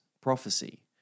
prophecy